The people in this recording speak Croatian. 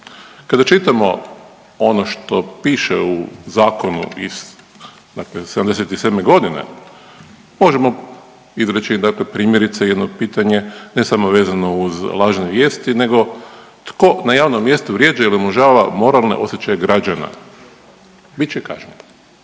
Kada čitamo ono što piše u zakonu iz, dakle '77. g., možemo izreći dakle, primjerice, jedno pitanje, ne samo vezano uz lažne vijesti nego, tko na javnom mjestu vrijeđa ili omalovažava moralne osjećaje građana, bit će kažnjen.